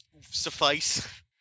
suffice